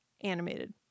animated